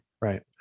Right